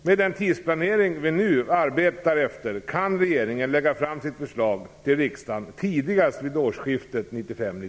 Med den tidsplanering som vi nu arbetar efter kan regeringen lägga fram sitt förslag till riksdagen tidigast vid årsskiftet 1995/96.